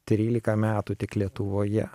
trylika metų tik lietuvoje